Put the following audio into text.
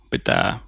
Pitää